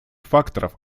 факторов